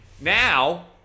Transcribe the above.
Now